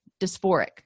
dysphoric